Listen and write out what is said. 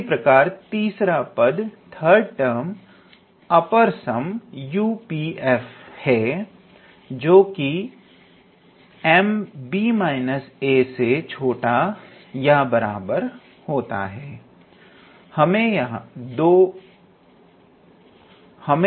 इसी प्रकार तीसरा पद अपर सम UPf है जो की M से छोटा या बराबर होता है